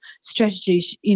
strategies